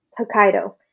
Hokkaido